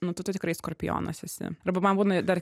nu tu tai tikrai skorpionas esi arba man būna dar